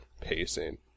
pacing